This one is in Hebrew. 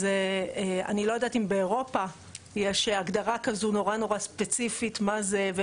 אז אני לא יודעת אם באירופה יש הגדרה כזו נורא נורא ספציפית מה זה.